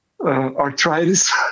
arthritis